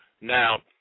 Now